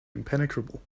impenetrable